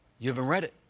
you haven't read it?